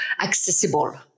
accessible